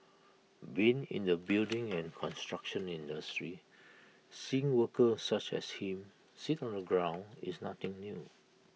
being in the building and construction industry seeing workers such as him sit on the ground is nothing new